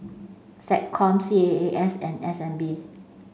SecCom C A A S and S N B